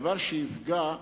דבר שיפגע,